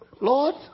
Lord